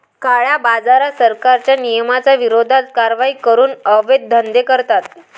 काळ्याबाजारात, सरकारच्या नियमांच्या विरोधात कारवाई करून अवैध धंदे करतात